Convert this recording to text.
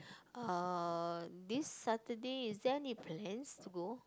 uh this Saturday is there any plans to go